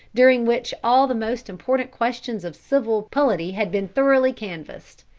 during which all the most important questions of civil polity had been thoroughly canvassed.